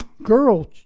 girl